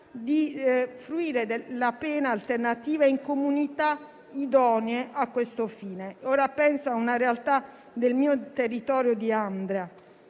di fruire della pena alternativa in comunità idonee a questo fine (penso alla realtà del mio territorio di Andria).